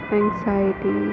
anxiety